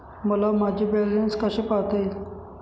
मला माझे बॅलन्स कसे पाहता येईल?